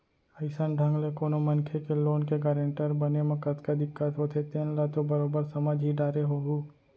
अइसन ढंग ले कोनो मनखे के लोन के गारेंटर बने म कतका दिक्कत होथे तेन ल तो बरोबर समझ ही डारे होहूँ